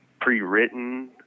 pre-written